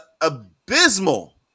abysmal